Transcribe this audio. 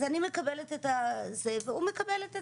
אז אני מקבלת את הזה והוא מקבל את הצוות,